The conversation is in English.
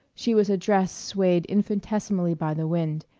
she was a dress swayed infinitesimally by the wind,